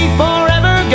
forever